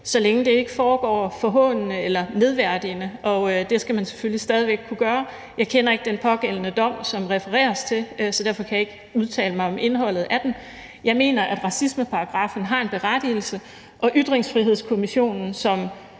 så længe det ikke foregår forhånende eller nedværdigende, og det skal man selvfølgelig stadig væk kunne gøre. Jeg kender ikke til den dom, som der refereres til, så derfor kan jeg ikke udtale mig om indholdet af den. Jeg mener, at racismeparagraffen har en berettigelse, og Ytringsfrihedskommissionen, som